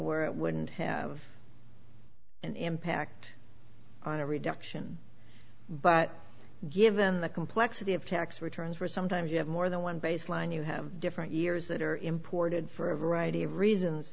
where it wouldn't have an impact on a reduction but given the complexity of tax returns were sometimes you have more than one baseline you have different years that are imported for a variety of reasons